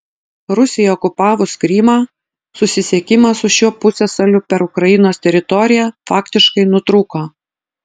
rusijai okupavus krymą susisiekimas su šiuo pusiasaliu per ukrainos teritoriją faktiškai nutrūko